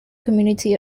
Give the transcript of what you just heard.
community